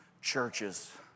churches